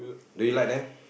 do you like them